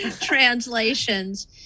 translations